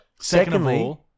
Secondly